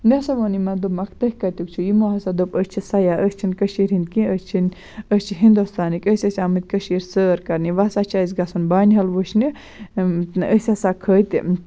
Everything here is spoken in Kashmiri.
مےٚ ہَسا ووٚن یِمَن دوٚپمَکھ تُہۍ کَتیُک چھِو یِمو ہَسا دوٚپ أسۍ چھِ سیاح أسۍ چھِنہٕ کٔشیٖرِ ہِنٛدۍ کینٛہہ أسۍ چھِنہٕ أسۍ چھِ ہِنٛدوستانٕکۍ أسۍ ٲسۍ آمٕتۍ کٔشیٖرِ سٲر کَرنہِ وَ سا چھےٚ اَسہِ گژھُن بانِہال وٕچھنہِ أسۍ ہَسا کھٔتۍ